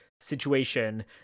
situation